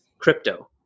crypto